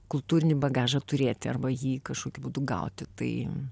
kultūrinį bagažą turėti arba jį kažkokiu būdu gauti tai